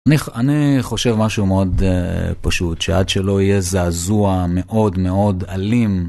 אני חושב משהו מאוד פשוט, שעד שלא יהיה זעזוע מאוד מאוד אלים.